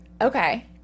Okay